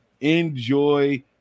Enjoy